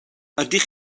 ydych